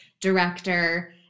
director